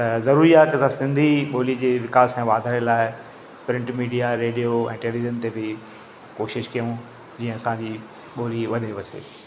त ज़रूरी आहे की असां सिंधी ॿोली जे विकास ऐं वाधारे लाइ प्रिंट मीडिया रेडियो ऐं टेलीविजन ते बि कोशिशि कयूं जीअं असांजी ॿोली वजे वसे